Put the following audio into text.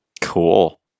Cool